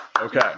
Okay